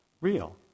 real